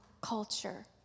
culture